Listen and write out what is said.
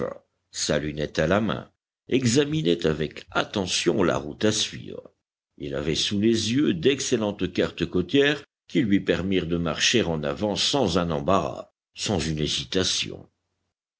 sa lunette à la main examinait avec attention la route à suivre il avait sous les yeux d'excellentes cartes côtières qui lui permirent de marcher en avant sans un embarras sans une hésitation